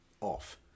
off